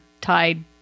tied